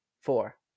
Four